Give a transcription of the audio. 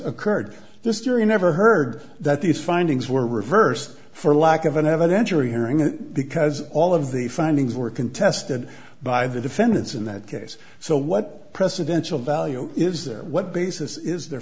occurred this jury never heard that these findings were reversed for lack of an evidentiary hearing and because all of the findings were contested by the defendants in that case so what presidential value is there what basis is there